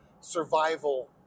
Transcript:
survival